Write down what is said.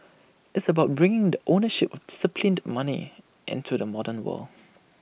it's about bringing the ownership of disciplined money into the modern world